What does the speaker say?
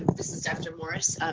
this is dr. morris.